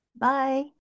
Bye